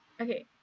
okay